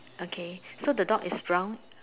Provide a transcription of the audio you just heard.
okay so the dog is brown